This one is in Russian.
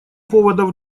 поводов